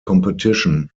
competition